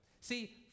See